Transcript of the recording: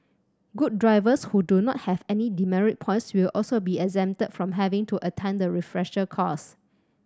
good drivers who do not have any demerit points will also be exempted from having to attend the refresher course